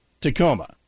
Tacoma